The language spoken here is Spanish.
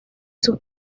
sus